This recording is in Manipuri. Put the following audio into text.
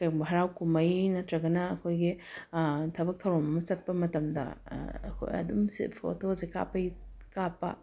ꯀꯔꯤꯒꯨꯝꯕ ꯍꯔꯥꯎ ꯀꯨꯝꯍꯩ ꯅꯠꯇ꯭ꯔꯒꯅ ꯑꯩꯈꯣꯏꯒꯤ ꯊꯕꯛ ꯊꯧꯔꯝ ꯑꯃ ꯆꯠꯄ ꯃꯇꯝꯗ ꯑꯗꯨꯝ ꯁꯤ ꯐꯣꯇꯣꯁꯤ ꯀꯥꯞꯄꯒꯤ ꯀꯥꯞꯄ